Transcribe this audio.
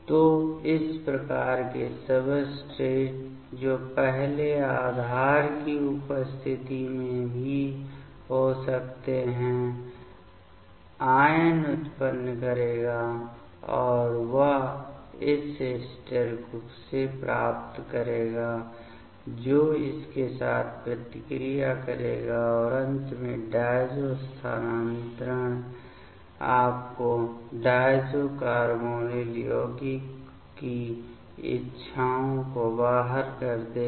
तो इस प्रकार के सबस्ट्रेट्स जो पहले आधार की उपस्थिति में भी हो सकते हैं आयन उत्पन्न करेगा और वह इसे एस्टर से प्राप्त करेगा जो इसके साथ प्रतिक्रिया करेगा और अंत में डायज़ो स्थानांतरण आपको डायज़ो कार्बोनिल यौगिक की इच्छाओं को बाहर कर देगा